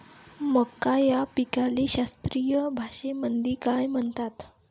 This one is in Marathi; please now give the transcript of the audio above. मका या पिकाले शास्त्रीय भाषेमंदी काय म्हणतात?